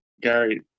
Gary